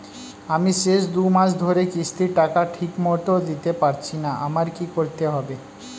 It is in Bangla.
আমি শেষ দুমাস ধরে কিস্তির টাকা ঠিকমতো দিতে পারছিনা আমার কি করতে হবে?